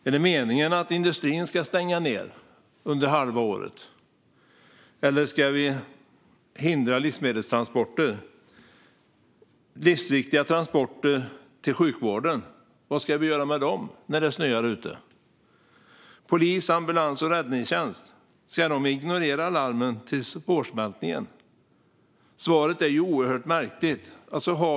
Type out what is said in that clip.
Är det meningen att industrin ska stänga ned under halva året? Ska vi hindra livsmedelstransporter? Hur ska vi göra med livsviktiga transporter till sjukvården när det snöar ute? Ska polis, ambulans och räddningstjänst ignorera larmen fram till vårsmältningen? Svaret är oerhört märkligt.